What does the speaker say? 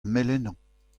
melenañ